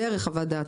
בערך חוות דעת,